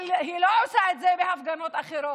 אבל היא לא עושה את זה בהפגנות אחרות.